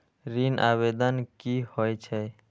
ऋण आवेदन की होय छै?